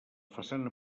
façana